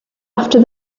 after